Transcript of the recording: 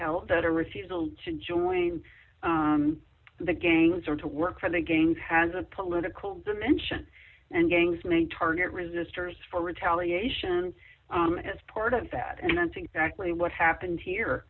held that her refusal to join the gangs or to work for the gangs has a political dimension and gangs may target resistors for retaliation as part of that and that's exactly what happened here